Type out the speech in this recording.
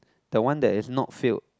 the one that is not filled